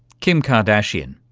kim kardashian.